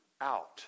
out